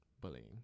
Bullying